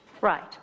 right